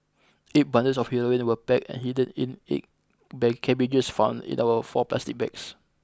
eight bundles of heroin were packed and hidden in eight bake cabbages found in the four plastic bags